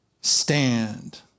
stand